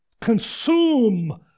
Consume